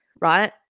Right